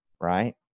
Right